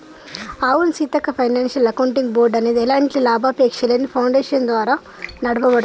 అవును Seethakka financial accounting board అనేది ఎలాంటి లాభాపేక్షలేని ఫాడేషన్ ద్వారా నడపబడుతుంది